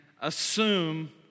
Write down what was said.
assume